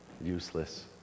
useless